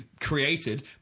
created